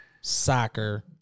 soccer